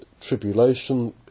tribulation